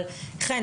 אבל חן,